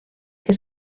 que